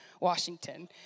Washington